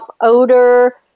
odor